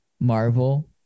Marvel